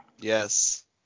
yes